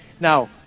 Now